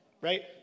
right